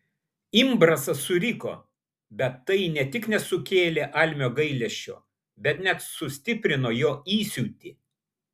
imbrasas suriko bet tai ne tik nesukėlė almio gailesčio bet net sustiprino jo įsiūtį